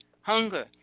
hunger